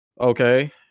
okay